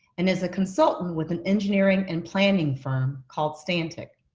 and is a consultant with an engineering and planning firm called stantec.